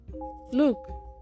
Look